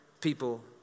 people